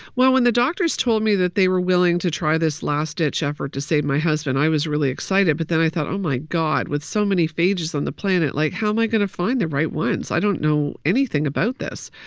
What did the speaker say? well, when the doctors told me that they were willing to try this last-ditch effort to save my husband, i was really excited. but then i thought, oh, my god, with so many phages on the planet, like, how am i going to find the right ones? i don't know anything about this.